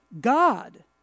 God